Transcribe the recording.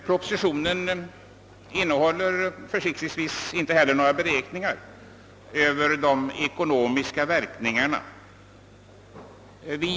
Propositionen innehåller försiktigtvis inte några beräkningar av de ekonomiska verkningarna.